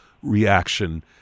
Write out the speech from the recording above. Reaction